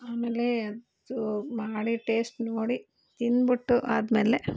ಆಮೇಲೆ ಇದು ಮಾಡಿ ಟೇಸ್ಟ್ ನೋಡಿ ತಿಂದ್ಬಿಟ್ಟು ಆದಮೇಲೆ